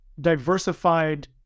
diversified